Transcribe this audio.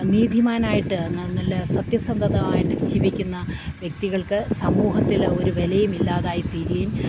നീതിമാനായിട്ട് നല്ല സത്യസന്ധതമായിട്ട് ജീവിക്കുന്ന വ്യക്തികൾക്ക് സമൂഹത്തില് ഒരു വിലയും ഇല്ലാതായി തീരുകയും